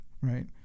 right